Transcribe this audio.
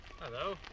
Hello